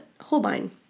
holbein